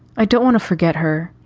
i don't want to forget her.